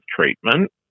treatment